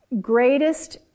greatest